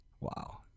Wow